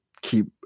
keep